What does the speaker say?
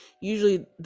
usually